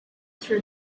through